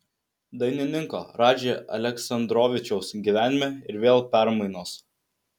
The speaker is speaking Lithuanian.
dainininko radži aleksandrovičiaus gyvenime ir vėl permainos